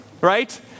right